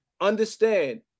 Understand